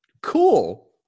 Cool